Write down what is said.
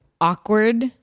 awkward